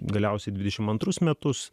galiausiai dvidešimt antrus metus